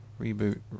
Reboot